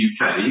UK